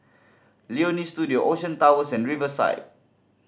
Leonie Studio Ocean Towers and Riverside